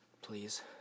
Please